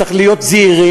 צריך להיות זהירים.